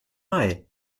mai